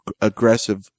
aggressive